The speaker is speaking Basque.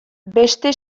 beste